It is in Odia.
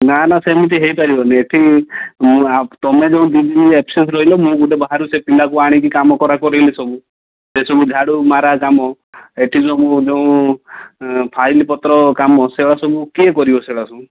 ନାଁ ନାଁ ସେମିତି ହେଇ ପାରିବନି ଏଇଠି ତୁମେ ଯେଉଁ ଦୁଇଦିନ ଆବସେନ୍ସ୍ ରହିଲ ମୁଁ ଗୋଟେ ବାହାରୁ ଗୋଟେ ସେ ପିଲାକୁ ଆଣିକି କାମ କରା କରାଇଲି ସବୁ ସେସବୁ ଝାଡ଼ୁ ମରା କାମ ଏଠି ସବୁ ଯେଉଁ ଫାଇଲ୍ ପତ୍ର କାମ ସେଗୁଡ଼ା ସବୁ କିଏ କରିବ ସେଗୁଡ଼ା ସବୁ